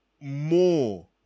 more